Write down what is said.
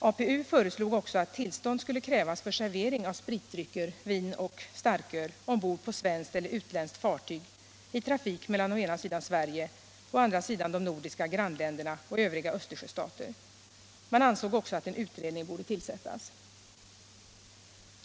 APU föreslog också att tillstånd skulle krävas för servering av spritdrycker, vin och starköl ombord på svenskt eller utländskt fartyg i trafik mellan å ena sidan Sverige och å andra sidan de nordiska grannländerna och övriga Östersjöstater. Man ansåg också att en utredning borde tillsättas.